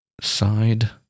side